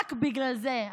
רק בגלל זה,